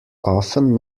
often